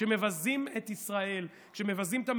כשמבזים את הממשלה,